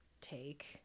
take